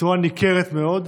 בצורה ניכרת מאוד,